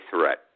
threat